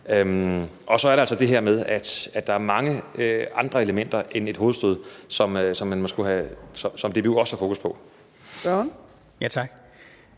Så er der altså det her med, at der er mange andre elementer end hovedstød, som DBU også har fokus på.